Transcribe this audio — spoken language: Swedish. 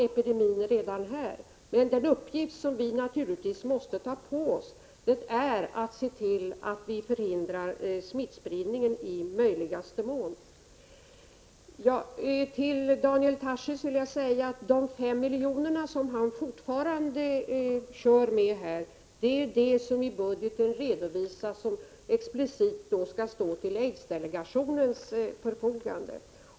Epidemin är redan här, men den uppgift som vi naturligtvis måste ta på oss är att se till att vi i möjligaste mån förhindrar smittspridningen. Till Daniel Tarschys vill jag säga att de 5 miljonerna, som han fortfarande kör med, är den summa som i budgeten explicit redovisas skall stå till aidsdelegationens förfogande.